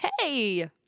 Hey